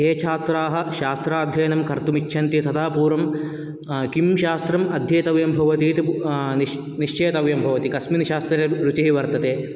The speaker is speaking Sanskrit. ये छात्राः शास्त्राध्ययनं कर्तुम् इच्छन्ति तदा पूर्वं किं शास्त्रम् अध्येतव्यं भवति इति निश्चेतव्यं भवति कस्मिन् शास्त्रे रुचिः वर्तते